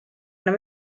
enam